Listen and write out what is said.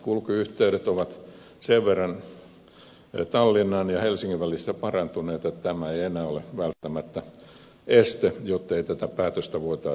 kulkuyhteydet ovat sen verran tallinnan ja helsingin välillä parantuneet että tämä ei enää ole välttämättä este jottei tätä päätöstä voitaisi tehdä